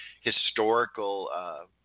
historical